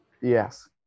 yes